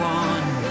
one